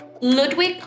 ludwig